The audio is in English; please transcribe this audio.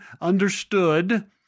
understood